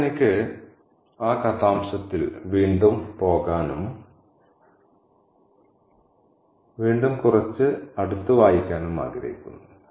ഇപ്പോൾ എനിക്ക് ആ കഥാംശത്തിൽ വീണ്ടും പോകാനും വീണ്ടും കുറച്ച് അടുത്ത് വായിക്കാനും ആഗ്രഹിക്കുന്നു